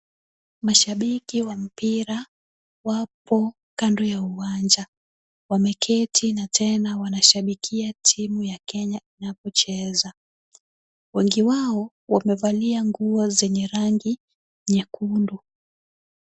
Mashabiki wa mpira wapo kando ya uwanja. Wameketi na tena wanashabikia timu ya Kenya inapocheza. Wengi wao wamevalia nguo zenye rangi nyekundu.